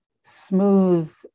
smooth